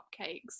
cupcakes